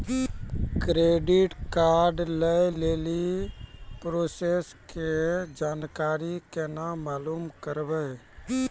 Credit card लय लेली process के जानकारी केना मालूम करबै?